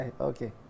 Okay